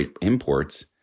imports